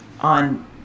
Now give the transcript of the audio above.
on